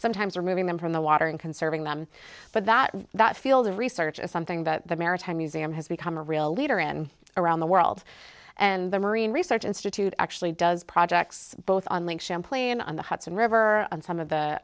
sometimes removing them from the water and conserving them but that that field of research is something that the maritime museum has become a real leader in around the world and the marine research institute actually does projects both on link champlain on the hudson river and some of the